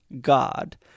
God